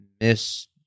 miss